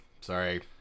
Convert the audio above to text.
sorry